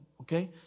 Okay